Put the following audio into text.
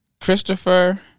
Christopher